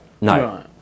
No